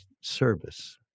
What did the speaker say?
service